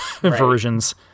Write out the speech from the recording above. versions